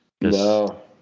No